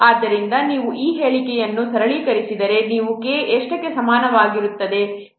ಆದ್ದರಿಂದ ನೀವು ಈ ಹೇಳಿಕೆಯನ್ನು ಸರಳಿಕರಿಸಿದಿರಿ ನೀವು K ಎಷ್ಟಕ್ಕೆ ಸಮಾನವಾಗಿರುತ್ತದೆ